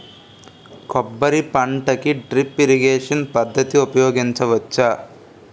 కొబ్బరి పంట కి డ్రిప్ ఇరిగేషన్ పద్ధతి ఉపయగించవచ్చా?